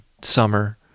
summer